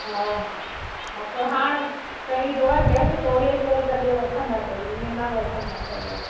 हा हा हा पर हाणे तांई जो आहे गैस तोले करे तॾहिं वठंदा कयो इअं न वठंदा कयो